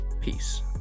Peace